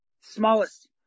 smallest